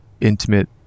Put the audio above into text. intimate